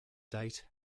date